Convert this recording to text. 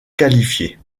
qualifié